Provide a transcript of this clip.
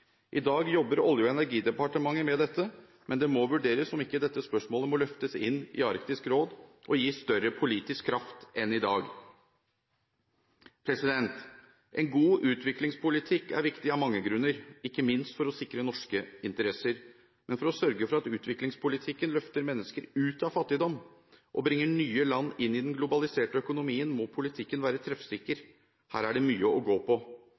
I dag jobber Olje- og energidepartementet med dette, men det må vurderes om ikke dette spørsmålet må løftes inn i Arktisk Råd og gis større politisk kraft enn i dag. En god utviklingspolitikk er viktig av mange grunner, ikke minst for å sikre norske interesser. Men for å sørge for at utviklingspolitikken løfter mennesker ut av fattigdom og bringer nye land inn i den globaliserte økonomien, må politikken være treffsikker. Her er det mye å gå på.